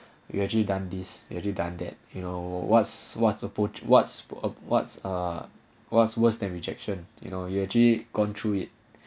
we actually done this usually done that you know what's what's ah what's ah what's ah what's worse than rejection you know you actually gone through it